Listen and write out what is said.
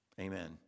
Amen